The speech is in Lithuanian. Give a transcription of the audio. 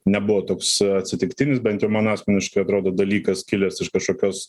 nebuvo toks atsitiktinis bent jau man asmeniškai atrodo dalykas kilęs iš kažkokios